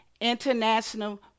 international